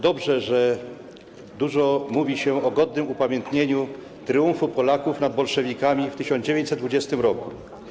Dobrze, że dużo mówi się o godnym upamiętnieniu triumfu Polaków nad bolszewikami w 1920 r.